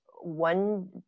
one